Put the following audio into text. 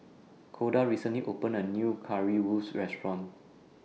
Koda recently opened A New Currywurst Restaurant